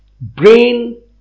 brain